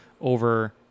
over